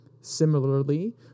Similarly